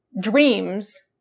dreams